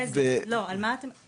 לא על מה אתם מדברים?